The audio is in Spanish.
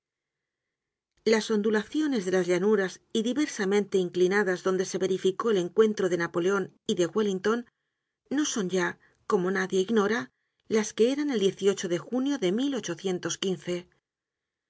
las ondulaciones de las llanuras diversamente incliríadas donde se verificó el encuentro de napoleon y de wellington no son ya como nadie ignora ks que eran el d de junio de